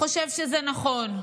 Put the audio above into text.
חושב שזה נכון.